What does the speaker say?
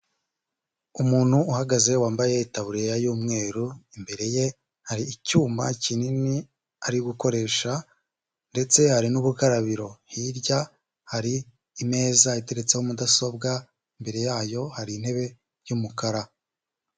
Umuntu uhagaze wambaye itaburiya y'umweru, imbere ye hari icyuma kinini ari gukoresha ndetse hari n'ubukarabiro, hirya hari imeza iteretseho mudasobwa imbere yayo hari intebe y'umukara.